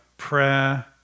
Prayer